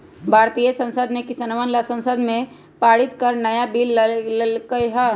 भारतीय संसद ने किसनवन ला संसद में पारित कर नया बिल लय के है